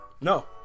No